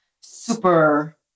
super